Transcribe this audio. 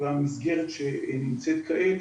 והמסגרת שנמצאת כעת,